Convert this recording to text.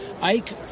Ike